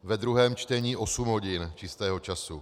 Ve druhém čtení osm hodin čistého času.